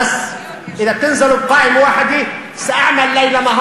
אבל אם נציג רשימה אחת הציבור יפעל יומם ולילה.